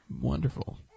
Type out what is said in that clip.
wonderful